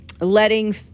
letting